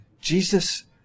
Jesus